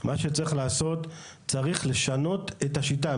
מה שצריך לעשות הוא לשנות את השיטה,